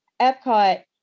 Epcot